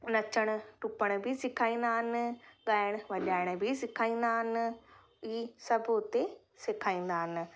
नचणु टुपणु बि सेखारींदा आहिनि ॻाइणु वॼाइणु बि सेखारींदा आहिनि हीउ सभु हुते सेखारींदा आहिनि